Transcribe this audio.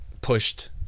pushed